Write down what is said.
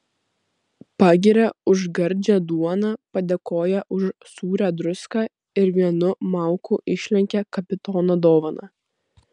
pagiria už gardžią duoną padėkoja už sūrią druską ir vienu mauku išlenkia kapitono dovaną